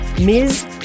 Ms